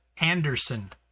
Anderson